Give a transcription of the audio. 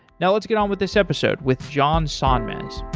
now, let's get on with this episode with john sonmez.